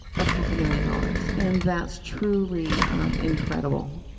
of half a million dollars. and that's truly incredible.